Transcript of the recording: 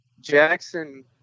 Jackson